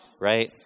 right